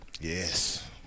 Yes